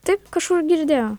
taip kažkur girdėjau